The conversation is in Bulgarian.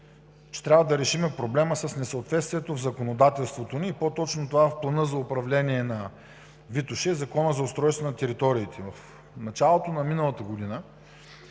че трябва да решим проблема с несъответствието в законодателството ни и по-точно това в плана за управление на Витоша и Закона за устройство на територията. В началото на миналата година